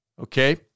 Okay